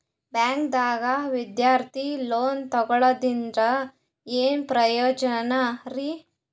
ಬ್ಯಾಂಕ್ದಾಗ ವಿದ್ಯಾರ್ಥಿ ಲೋನ್ ತೊಗೊಳದ್ರಿಂದ ಏನ್ ಪ್ರಯೋಜನ ರಿ?